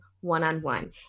one-on-one